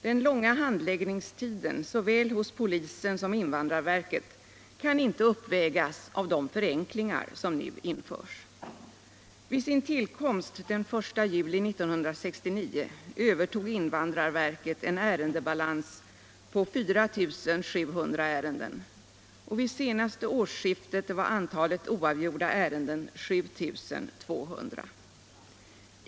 Den långa handläggningstiden såväl hos polisen som hos invandrarverket kan inte uppvägas av de förenklingar som nu införs. Vid sin tillkomst den 1 juli 1969 övertog invandrarverket en ärendebalans på 4 700 ärenden, och vid senaste årsskiftet var antalet oavgjorda ärenden 7 200.